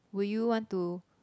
will you want to